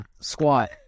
squat